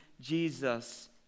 Jesus